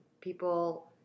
people